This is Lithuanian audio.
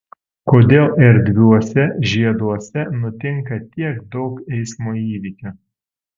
kodėl erdviuose žieduose nutinka tiek daug eismo įvykių